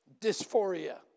dysphoria